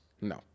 no